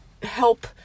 help